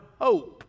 hope